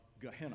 Gehenna